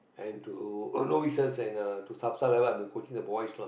and to I've been coaching the boys lah